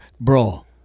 bro